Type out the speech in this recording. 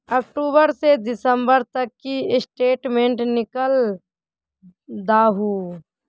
अक्टूबर से दिसंबर तक की स्टेटमेंट निकल दाहू?